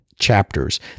chapters